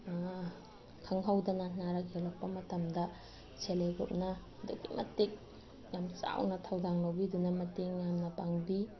ꯈꯪꯍꯧꯗꯅ ꯅꯥꯔꯛ ꯌꯦꯛꯂꯛꯄ ꯃꯇꯝꯗ ꯁꯦꯜꯐ ꯍꯦꯜꯞ ꯒ꯭ꯔꯨꯞꯅ ꯑꯗꯨꯛꯀꯤ ꯃꯇꯤꯛ ꯌꯥꯝ ꯆꯥꯎꯅ ꯊꯧꯗꯥꯡ ꯂꯧꯕꯤꯗꯨꯅ ꯃꯇꯦꯡ ꯌꯥꯝꯅ ꯄꯥꯡꯕꯤ